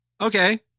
Okay